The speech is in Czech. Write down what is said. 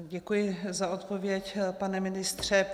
Děkuji za odpověď, pane ministře.